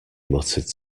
muttered